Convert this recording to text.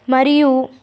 మరియు